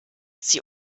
sie